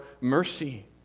mercy